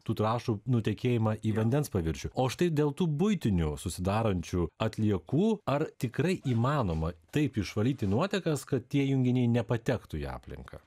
tų trąšų nutekėjimą į vandens paviršių o štai dėl tų buitinių susidarančių atliekų ar tikrai įmanoma taip išvalyti nuotekas kad tie junginiai nepatektų į aplinką